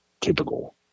typical